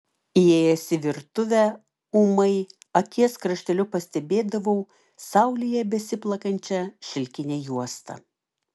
įėjęs į virtuvę ūmai akies krašteliu pastebėdavau saulėje besiplakančią šilkinę juostą